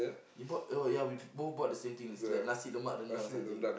you bought oh ya we both bought the same thing it's like nasi lemak rendang or something